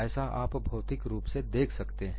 ऐसा आप भौतिक रूप से देख सकते हैं